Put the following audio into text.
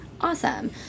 Awesome